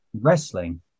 wrestling